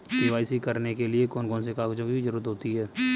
KYC करने के लिए कौन कौन से कागजों की जरूरत होती है?